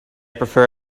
prefer